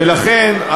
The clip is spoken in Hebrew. ולכן,